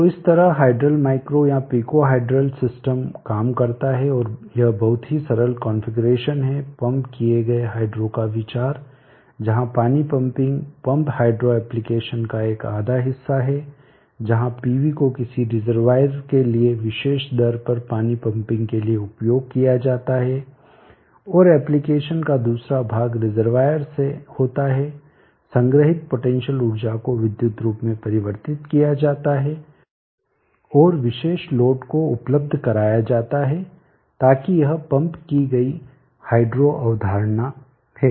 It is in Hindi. तो इस तरह हाइडल माइक्रो या पिको हाइडल सिस्टम काम करता है और यह बहुत ही सरल कॉन्फ़िगरेशन है पंप किए गए हाइड्रो का विचार जहां पानी पंपिंग पंप हाइड्रो एप्लीकेशन का एक आधा हिस्सा है जहां पीवी को किसी रिजर्वायर के लिए कोई विशेष दर पर पानी पंपिंग के लिए उपयोग किया जाता है और एप्लीकेशन का दूसरा भाग रिजर्वायर से होता है संग्रहीत पोटेंशियल ऊर्जा को विद्युत रूप में परिवर्तित किया जाता है और विशेष लोड को उपलब्ध कराया जाता है ताकि यह पंप की गई हाइड्रो अवधारणा है